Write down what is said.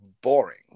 boring